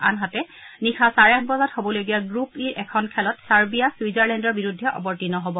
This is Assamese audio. আনহাতে নিশা চাৰে আঠ বজাত হ'বলগীয়া গ্ৰুপ ইৰ এখন খেলত চাৰ্বিয়া ছুইজাৰলেণ্ডৰ বিৰুদ্ধে অৱতীৰ্ণ হব